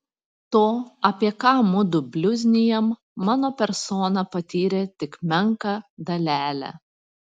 to apie ką mudu bliuznijam mano persona patyrė tik menką dalelę